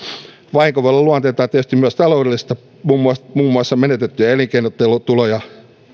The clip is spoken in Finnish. vahinko voi olla luonteeltaan tietysti myös taloudellista muun muassa menetettyjä elinkeinotuloja